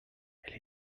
elle